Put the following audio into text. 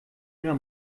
ihrer